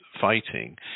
fighting